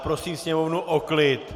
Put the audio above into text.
Prosím sněmovnu o klid.